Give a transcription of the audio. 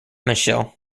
michele